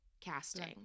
casting